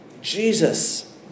Jesus